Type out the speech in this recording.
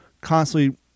constantly